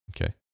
okay